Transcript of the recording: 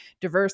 diverse